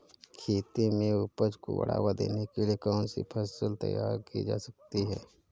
खेती में उपज को बढ़ावा देने के लिए कौन सी फसल तैयार की जा सकती है?